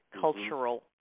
cultural